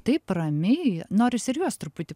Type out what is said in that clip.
taip ramiai norisi ir juos truputį